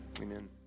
amen